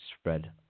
spread